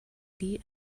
die